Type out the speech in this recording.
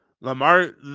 Lamar